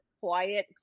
quiet